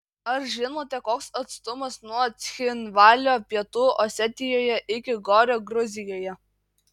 ar žinote koks atstumas nuo cchinvalio pietų osetijoje iki gorio gruzijoje